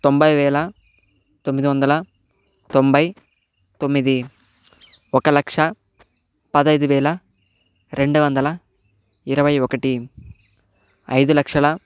తొంభై వేల తొమ్మిది వందల తొంభై తొమ్మిది ఒక లక్షా పదైదు వేల రెండు వందల ఇరవై ఒకటి ఐదు లక్షల